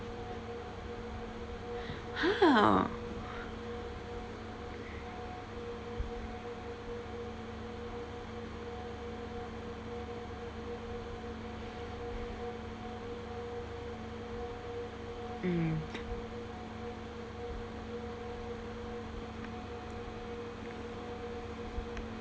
ha mm